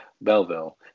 Belleville